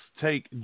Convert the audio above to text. take